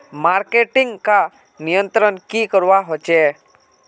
Marketing का नियंत्रण की करवा होचे?